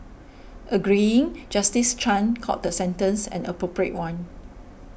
agreeing Justice Chan called the sentence an appropriate one